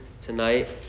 tonight